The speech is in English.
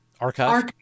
archive